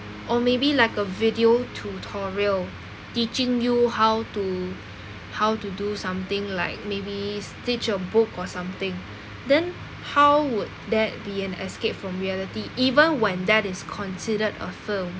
or maybe like a video tutorial teaching you how to how to do something like maybe stitch a book or something then how would that be an escape from reality even when that is considered a film